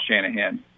Shanahan